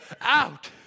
out